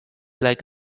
like